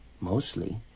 Mostly